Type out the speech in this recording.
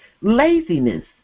Laziness